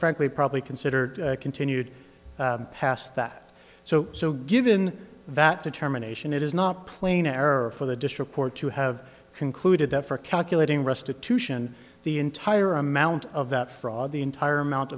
frankly probably consider continued past that so so given that determination it is not plain error for the district court to have concluded that for calculating restitution the entire amount of that fraud the entire amount